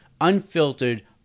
unfiltered